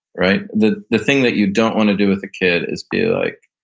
right? the the thing that you don't want to do with a kid is be like,